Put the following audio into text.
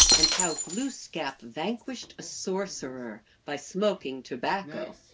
and how glooskap vanquished a sorcerer by smoking tobacco.